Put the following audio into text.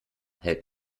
hält